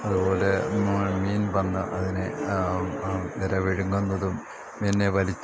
അതുപോലെ മീൻ വന്ന് അതിനെ ഇര വിഴുങ്ങുന്നതും മീനെ വലിച്ച്